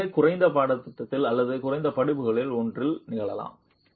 இது மிகக் குறைந்த பாடத்திட்டத்தில் அல்லது குறைந்த படிப்புகளில் ஒன்றில் நிகழலாம்